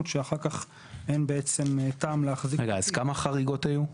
שאחר כך אין טעם להחזיק --- אז כמה חריגות היו?